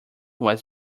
was